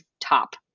top